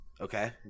Okay